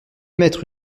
mettre